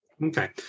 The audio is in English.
okay